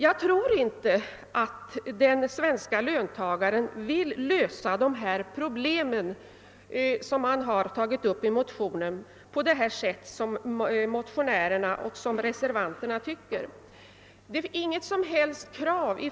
Jag tror inte att den svenska löntagaren vill lösa de problem som tagits upp i motionerna på det sätt motionärerna och reservanterna avsett.